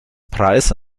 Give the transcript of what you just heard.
preis